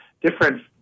different